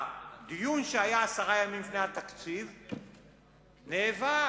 בדיון שהיה עשרה ימים לפני התקציב הוא נאבק,